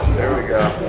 there we go.